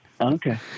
Okay